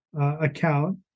account